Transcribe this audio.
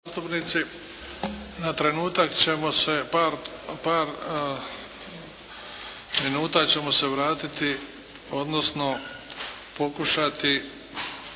na trenutak ćemo se par minuta ćemo se vratiti, odnosno pokušati,